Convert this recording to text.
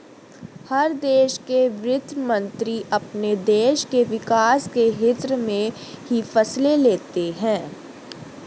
हर देश के वित्त मंत्री अपने देश के विकास के हित्त में ही फैसले लेते हैं